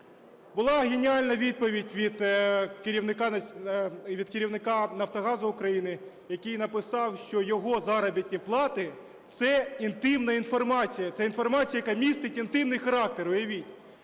Була геніальна відповідь від керівника "Нафтогазу України", який написав, що його заробітні плати – це інтимна інформація, це інформація, яка містить інтимний характер,